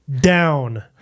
Down